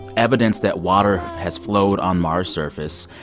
evidence that water has flowed on mars' surface.